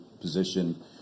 position